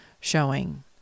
showing